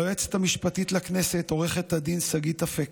ליועצת המשפטית לכנסת עו"ד שגית אפיק,